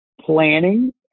planning